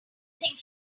think